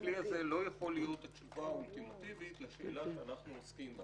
הכלי הזה לא יכול להיות התשובה האולטימטיבית לשאלה שאנחנו עוסקים בה